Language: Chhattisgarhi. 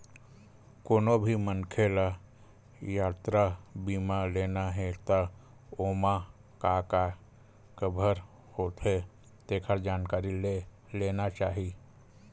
कोनो भी मनखे ल यातरा बीमा लेना हे त ओमा का का कभर होथे तेखर जानकारी ले लेना चाही